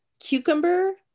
Cucumber